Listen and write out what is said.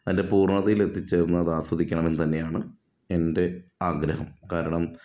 അതിൻ്റെ പൂർണ്ണതയിലെത്തിച്ചേർന്ന് അത് ആസ്വദിക്കണമെന്ന് തന്നെയാണ് എൻ്റെ ആഗ്രഹം കാരണം